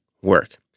work